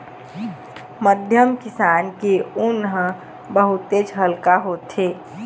मध्यम किसम के ऊन ह बहुतेच हल्का होथे